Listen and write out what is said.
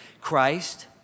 Christ